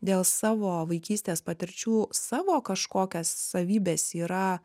dėl savo vaikystės patirčių savo kažkokias savybes yra